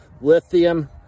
Lithium